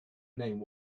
name